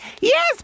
Yes